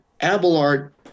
Abelard